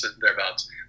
thereabouts